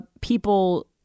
people